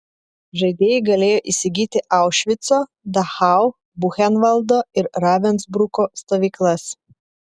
žaidėjai galėjo įsigyti aušvico dachau buchenvaldo ir ravensbruko stovyklas